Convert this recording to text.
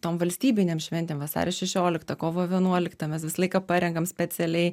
tom valstybinėm šventėm vasario šešioliktą kovo vienuoliktą mes visą laiką parenkam specialiai